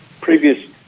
previous